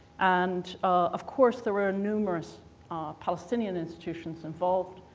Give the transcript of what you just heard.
and of course there are numerous palestinian institutions involved.